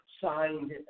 signed